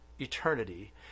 eternity